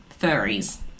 furries